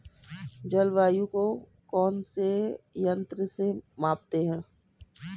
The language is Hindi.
जलवायु को कौन से यंत्र से मापते हैं?